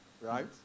right